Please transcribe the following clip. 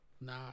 Nah